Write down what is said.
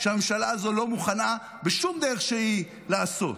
שהממשלה הזו לא מוכנה בשום דרך שהיא לעשות: